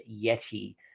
Yeti